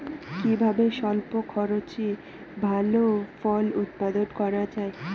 কিভাবে স্বল্প খরচে ভালো ফল উৎপাদন করা যায়?